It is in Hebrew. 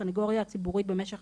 הסנגוריה הציבורית במשך